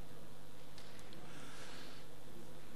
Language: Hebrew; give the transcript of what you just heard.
בבקשה,